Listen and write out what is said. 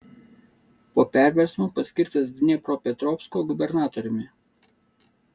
po perversmo paskirtas dniepropetrovsko gubernatoriumi